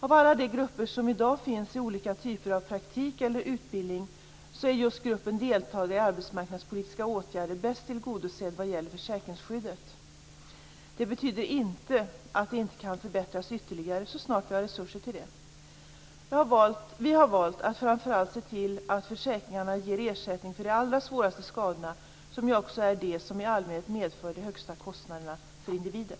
Av alla de grupper som i dag finns i olika typer av praktik eller utbildning så är just gruppen deltagare i arbetsmarknadspolitiska åtgärder bäst tillgodosedd vad gäller försäkringsskyddet. Detta betyder inte att det inte kan förbättras ytterligare så snart vi har resurser till det. Vi har valt att framför allt se till att försäkringarna ger ersättning för de allra svåraste skadorna som ju också är de som i allmänhet medför de högsta kostnaderna för individen.